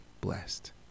blessed